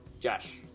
Josh